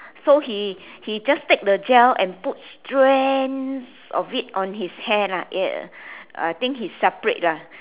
so he he just take the gel and put strands of it on his hair lah ya I think he separate ah